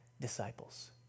disciples